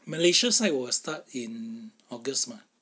malaysia's side will start in august [what]